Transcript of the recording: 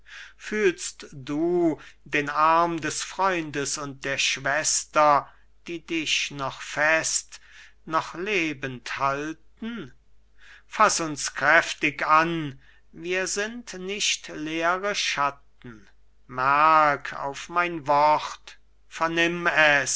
fühlst du den arm des freundes und der schwester die dich noch fest noch lebend halten faß uns kräftig an wir sind nicht leere schatten merk auf mein wort vernimm